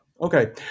Okay